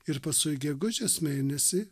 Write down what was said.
ir paskui gegužės mėnesį